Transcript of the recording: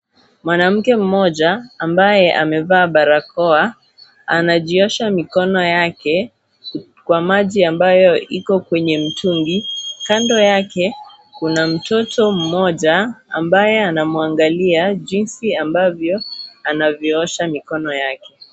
Mwanamke mmoja ambaye amevaa barakoa anajiosha mikono yake kwa maji ambayo iko kwenye mtungi, kando yake kuna mtoto mmoja ambaye anamwangalia jinsi ambavyo anavyoosha mikono yake.